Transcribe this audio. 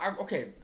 okay